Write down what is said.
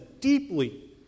deeply